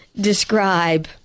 describe